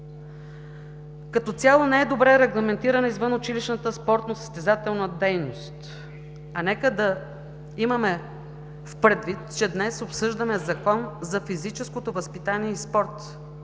Като цяло не е добре регламентирана извънучилищната спортно-състезателна дейност, а нека да имаме предвид, че днес обсъждаме Закон за физическото възпитание и спорт,